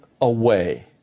away